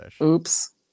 oops